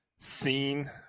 seen